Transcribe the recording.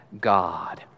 God